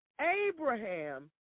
Abraham